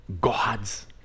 God's